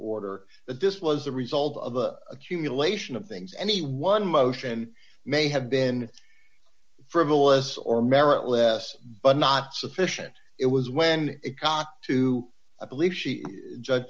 order that this was the result of a cumulation of things any one motion may have been frivolous or merit less but not sufficient it was when it got to i believe she